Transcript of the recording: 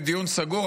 בדיון סגור,